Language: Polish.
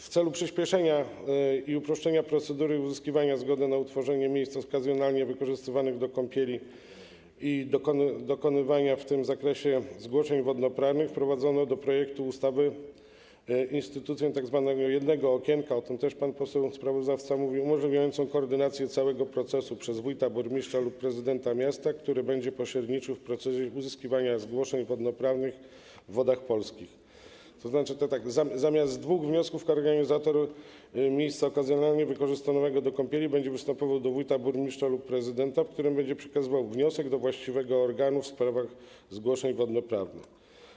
W celu przyśpieszenia i uproszczenia procedury uzyskiwania zgody na utworzenie miejsc okazjonalnie wykorzystywanych do kąpieli i dokonywania w tym zakresie zgłoszeń wodnoprawnych wprowadzono do projektu ustawy instytucję tzw. jednego okienka - o czym pan poseł sprawozdawca również powiedział - umożliwiającą koordynację całego procesu przez wójta, burmistrza lub prezydenta miasta, który będzie pośredniczył w procesie uzyskiwania zgłoszeń wodnoprawnych w Wodach Polskich, tzn. zamiast złożenia dwóch wniosków organizator miejsca okazjonalnie wykorzystywanego do kąpieli będzie występował do wójta, burmistrza lub prezydenta, któremu będzie przekazywał wniosek kierowany do organu właściwego w sprawach zgłoszeń wodnoprawnych.